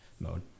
mode